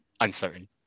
uncertain